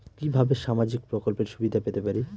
কিভাবে সামাজিক প্রকল্পের সুবিধা পেতে পারি?